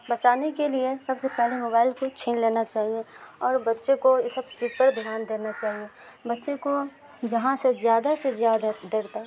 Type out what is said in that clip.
بچانے کے لیے سب سے پہلے موبائل کو چھین لینا چاہیے اور بچے کو یہ سب چیز پر دھیان دینا چاہیے بچے کو جہاں سے زیادہ سے زیادہ دیر تک